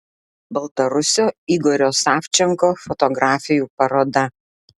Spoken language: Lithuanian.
baltarusio igorio savčenko fotografijų paroda